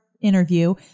interview